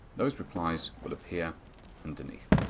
those replies will appear underneath.